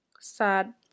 sad